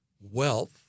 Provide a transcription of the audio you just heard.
wealth